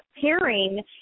pairing